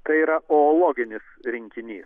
tai yra oologinis rinkinys